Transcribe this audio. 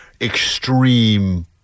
extreme